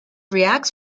reacts